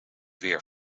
weer